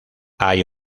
hay